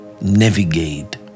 navigate